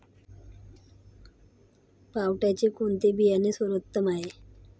पावट्याचे कोणते बियाणे सर्वोत्तम आहे?